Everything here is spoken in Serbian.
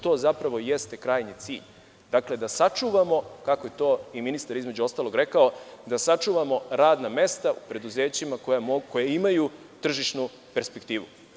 To zapravo jeste krajnji cilj, da sačuvamo, kako je to i ministar između ostalog rekao, radna mesta u preduzećima koja imaju tržišnu perspektivu.